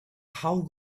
how